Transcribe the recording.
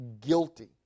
guilty